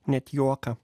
net juoką